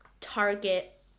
target